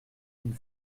une